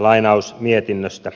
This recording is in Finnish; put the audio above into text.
lainaus mietinnöstä